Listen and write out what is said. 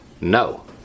No